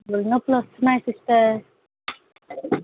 regular చేస్తున్న sister